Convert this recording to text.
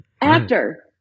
Actor